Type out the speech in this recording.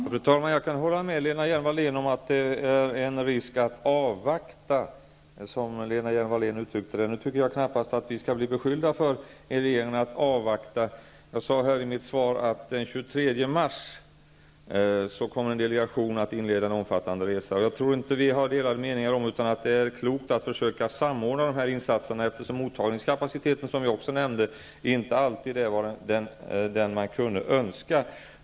Fru talman! Jag kan hålla med Lena Hjelm-Wallén om att det ligger en risk i att ”avvakta”, som Lena Hjelm-Wallén uttryckte det. Jag tycker emellertid knappast att regeringen skall bli beskylld för att avvakta. Jag sade i mitt svar att en delegation den 23 mars kommer att inleda en omfattande resa, och jag tror inte att vi har delade meningar om att det är klokt att försöka samordna dessa insatser, eftersom mottagningskapaciteten, som jag också nämnde, inte alltid är den man kunde önska.